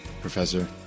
professor